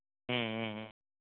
ம் ம் ம்